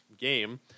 game